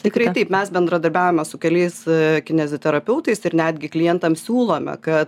tikrai taip mes bendradarbiaujame su keliais kineziterapeutais ir netgi klientams siūlome kad